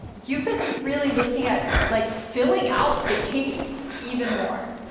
you've been really looking at like filling out the caves even more.